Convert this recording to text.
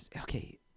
okay